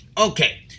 Okay